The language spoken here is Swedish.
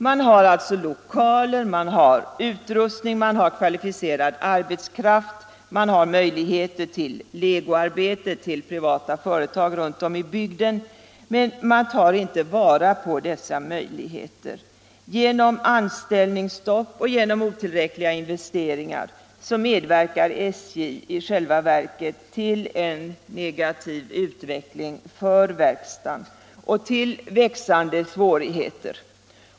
Man har alltså lokaler, man har utrustning, man har kvalificerad arbetskraft, man har möjligheter till legoarbete för privata företag runt om i bygden, men man tar inte vara på dessa möjligheter. Genom anställningsstopp och otillräckliga investeringar medverkar SJ i själva verket till en negativ utveckling för verkstaden och till växande svårigheter.